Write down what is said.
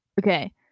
okay